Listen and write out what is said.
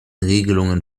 regelungen